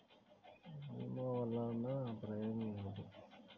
భీమ వల్లన ప్రయోజనం ఏమిటి?